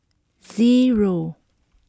zero